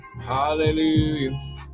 Hallelujah